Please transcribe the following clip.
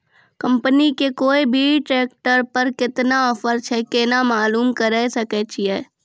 Company के कोय भी ट्रेक्टर पर केतना ऑफर छै केना मालूम करऽ सके छियै?